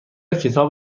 کتاب